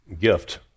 gift